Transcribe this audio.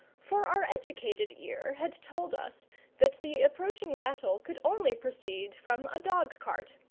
for our educated ear had told us that the approaching rattle could only proceed from a dog-cart,